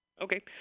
Okay